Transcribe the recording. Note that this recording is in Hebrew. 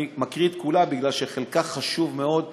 אני מקריא את כולה, כי חלקה חשוב מאוד לפרוטוקול,